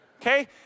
Okay